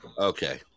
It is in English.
okay